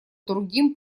другим